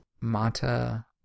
Mata